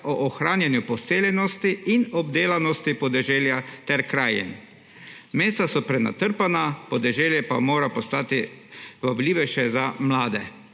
o ohranjanju poseljenosti in obdelanosti podeželja ter krajin. Mesta so prenatrpana, podeželje pa mora postati vabljivejše za mlade.